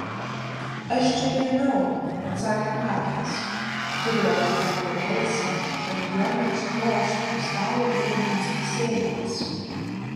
aš čia gimiau atsakė markas turėjo pakelti balsą kad jo neužgožtų stalo įrankių dzingsėjimas